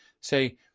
say